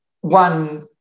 one